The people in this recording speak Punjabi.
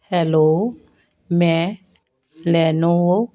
ਹੈਲੋ ਮੈਂ ਲੈਨੋਵੋ